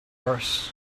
worse